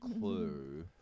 clue